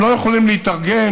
הם לא יכולים להתארגן,